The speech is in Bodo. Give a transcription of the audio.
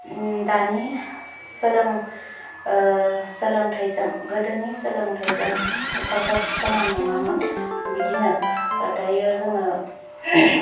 दानि सोलों सोलोंथायजों गोदोनि सोलोंथायजों एफाग्राब समान नङामोन बिदिनो दायो जोङो